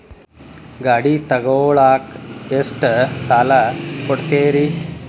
ಗಾಡಿ ತಗೋಳಾಕ್ ಎಷ್ಟ ಸಾಲ ಕೊಡ್ತೇರಿ?